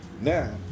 Now